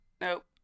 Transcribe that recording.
Nope